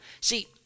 See